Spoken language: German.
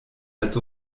als